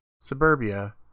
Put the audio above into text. suburbia